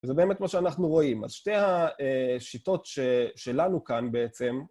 וזה באמת מה שאנחנו רואים. אז שתי השיטות שלנו כאן בעצם...